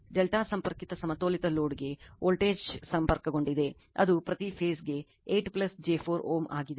∆ ಸಂಪರ್ಕಿತ ಸಮತೋಲಿತ ಲೋಡ್ಗೆ ವೋಲ್ಟೇಜ್ ಸಂಪರ್ಕಗೊಂಡಿದೆ ಅದು ಪ್ರತಿ ಫೇಸ್ ಗೆ 8 j 4 Ω ಆಗಿದೆ